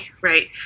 right